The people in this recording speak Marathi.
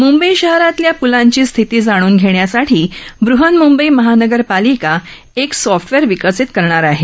मुंबई शहरातल्या पुलांची स्थिती जाणून घेण्यासाठी बहन्मुंबई महानगरपालिका एक सॉफ्टवेअर विकसित करणार आहे